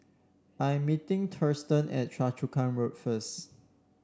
I am meeting Thurston at Choa Chu Kang Road first